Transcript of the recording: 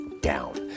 down